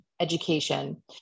education